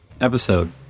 episode